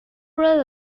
really